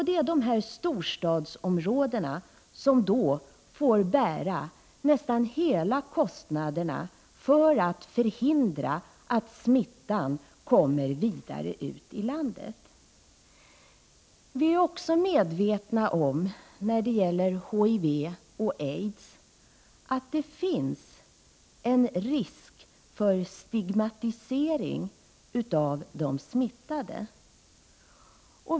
Det är dessa storstadsområden som då får bära nästan hela kostnaden för att förhindra att smittan kommer vidare ut i landet. 1 Vi är också medvetna om när det gäller HIV och aids att det finns en risk för stigmatisering av de smittade.